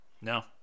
No